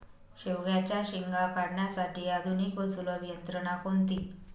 शेवग्याच्या शेंगा काढण्यासाठी आधुनिक व सुलभ यंत्रणा कोणती?